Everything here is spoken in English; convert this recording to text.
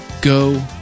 go